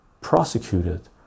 prosecuted